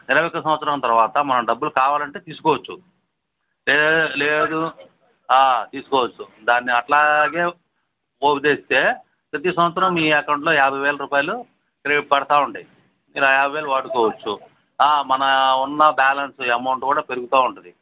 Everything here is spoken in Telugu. ఇరవై ఒకటవ సంవత్సరం తరువాత మనం డబ్బులు కావాలంటే తీసుకోవచ్చు లే లేదు తీసుకోవచ్చు దాన్ని అలాగే పోగుచేస్తే ప్రతి సంవత్సరం మీ అకౌంట్లో యాభై వేలు రూపాయలు రే పడతూ ఉంటాయి మీరా యాభై వేలు వాడుకోవచ్చు మన ఉన్న బ్యాలెన్స్ అమౌంటు కూడా పెరుగుతూ ఉంటుంది